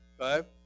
okay